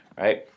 right